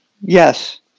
Yes